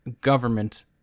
government